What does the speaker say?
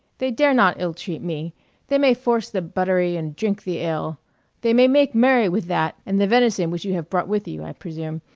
they dare not ill-treat me they may force the buttery and drink the ale they may make merry with that and the venison which you have brought with you, i presume,